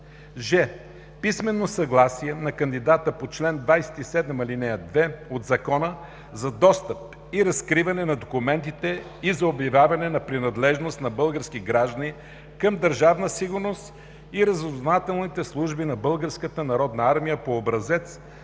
ж) писмено съгласие на кандидата по чл. 27, ал. 2 от Закона за достъп и разкриване на документите и за обявяване на принадлежност на български граждани към Държавна сигурност и разузнавателните служби на Българската народна армия по образец,